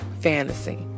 fantasy